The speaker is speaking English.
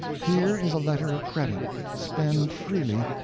here is a letter of credit spend freely,